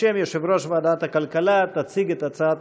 בשם יושב-ראש ועדת הכלכלה תציג את הצעת